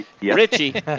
Richie